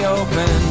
open